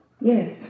Yes